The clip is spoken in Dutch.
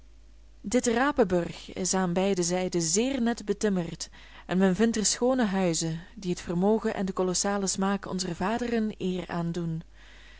dit rapenburg is aan beide zijden zeer net betimmerd en men vindt er schoone huizen die het vermogen en den kolossalen smaak onzer vaderen eer aandoen